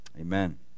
Amen